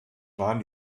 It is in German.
waren